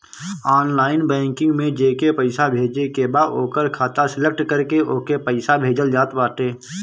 online banking में जेके पईसा भेजे के बा ओकर खाता सलेक्ट करके ओके पईसा भेजल जात बाटे